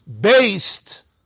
based